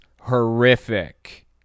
horrific